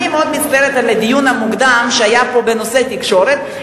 אני מאוד מצטערת על הדיון המוקדם שהיה פה בנושא התקשורת,